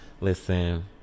Listen